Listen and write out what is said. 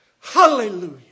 Hallelujah